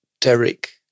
Derek